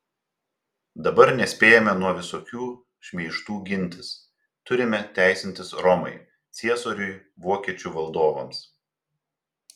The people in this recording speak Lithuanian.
dabar nespėjame nuo visokių šmeižtų gintis turime teisintis romai ciesoriui vokiečių valdovams